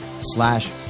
slash